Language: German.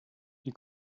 die